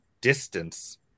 distance